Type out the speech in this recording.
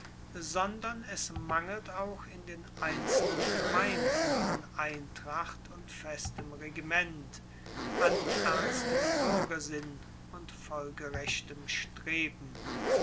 sondern es mangelt auch in den einzelnen gemeinden an eintracht und festem regiment an ernstem buergersinn und folgerechtem streben